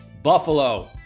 Buffalo